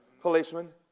policeman